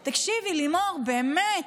מעניין למה, תקשיבי, לימור, באמת.